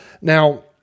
Now